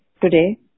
today